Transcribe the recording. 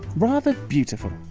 rather beautiful,